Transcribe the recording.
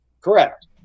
Correct